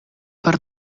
per